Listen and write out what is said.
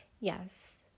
Yes